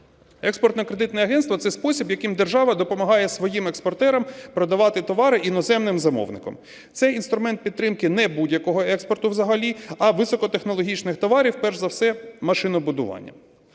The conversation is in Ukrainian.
Експортно-кредитне агентство – це спосіб, яким держава допомагає своїм експортерам продавати товари і іноземним замовникам. Це інструмент підтримки не будь-якого експорту взагалі, а високотехнологічних товарів, перш за все машинобудування.